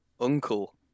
uncle